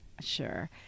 sure